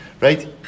right